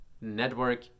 network